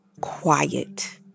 quiet